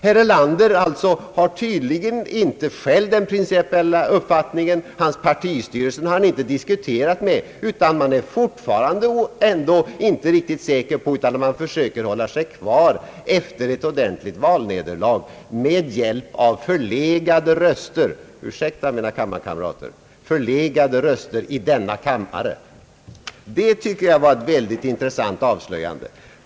Herr Erlander har tydligen inte den principiella uppfattningen. Han har inte diskuterat med sin partistyrelse och är fortfarande inte riktigt säker på om man skall försöka hålla sig kvar efter ett ordentligt valnederlag med hjälp av förlegade röster — ursäkta, mina kammarkamrater! — i denna kammare. Jag tycker att det var ett mycket intressant avslöjande.